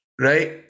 right